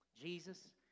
Jesus